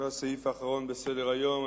הסעיף האחרון בסדר-היום.